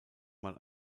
mal